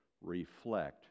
reflect